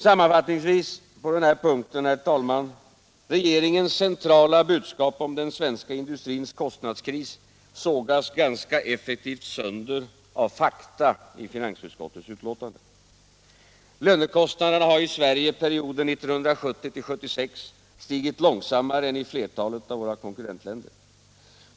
Sammanfattningsvis på den här punkten, herr talman: Regeringens centrala budskap om den svenska industrins kostnadskris sågas ganska effektivt sönder av fakta i finansutskottets betänkande. Lönekostnaderna har i Sverige under perioden 1970-1976 stigit långsammare än i flertalet av våra konkurrentländer.